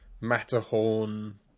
Matterhorn